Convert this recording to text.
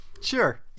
Sure